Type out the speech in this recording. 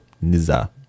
Nizza